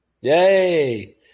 Yay